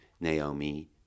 Naomi